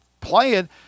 playing